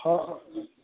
হয় অ